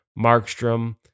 Markstrom